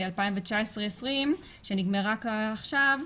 2019-2020 שנגמרה עכשיו,